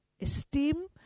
esteem